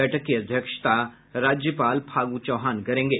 बैठक की अध्यक्षता राज्यपाल फागू चौहान करेंगे